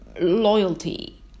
loyalty